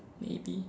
maybe